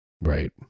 right